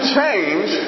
change